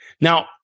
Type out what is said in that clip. Now